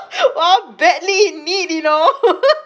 !wow! badly need you know